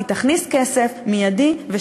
היא תכניס מיידית כסף,